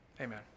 Amen